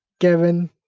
Kevin